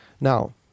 Now